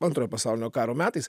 antrojo pasaulinio karo metais